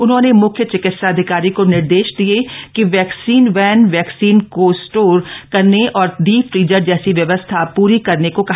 उन्होंने म्ख्य चिकित्साधिकारी को निर्देश दिये कि वैक्सीन वैन वैक्सीन को स्टोर करने और डी फ्रिजर जैसी व्यवस्था प्री करने को कहा